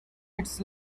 its